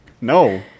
No